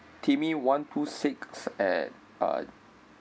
timmy one two six at uh